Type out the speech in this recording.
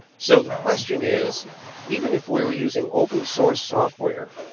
so the question is even if we were using open source software,